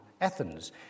Athens